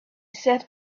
sat